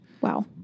Wow